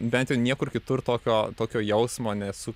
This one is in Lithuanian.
bent jau niekur kitur tokio tokio jausmo nesu